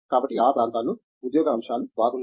కాబట్టి ఆ ప్రాంతాల్లో ఉద్యోగ అంశాలు బాగున్నాయి